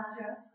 address